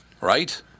Right